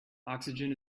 oxygen